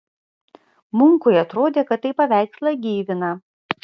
munkui atrodė kad tai paveikslą gyvina